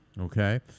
Okay